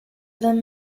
them